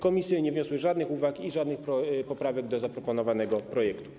Komisje nie wniosły żadnych uwag i żadnych poprawek do zaproponowanego projektu.